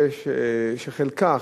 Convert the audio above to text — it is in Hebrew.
שחלקה,